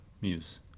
Muse